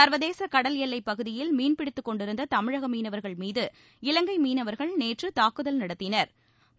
சா்வதேச கடல் எல்லைப் பகுதியில் மீன் பிடித்துக் கொண்டிருந்த தமிழக மீனவா்கள் மீது இலங்கை மீனவா்கள் நேற்று தாக்குதல் நடத்தினா்